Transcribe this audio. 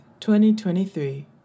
2023